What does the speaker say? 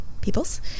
peoples